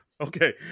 Okay